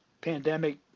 pandemic